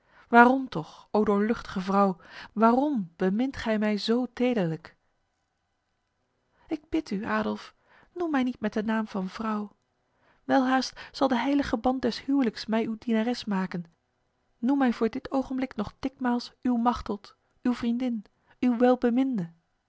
waarom toch o doorluchtige vrouw waarom bemint gij mij zo tederlijk ik bid u adolf noem mij niet met de naam van vrouw welhaast zal de heilige band des huwelijks mij uw dienares maken noem mij voor dit ogenblik nog dikmaals uw machteld uw vriendin uw welbeminde